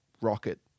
rocket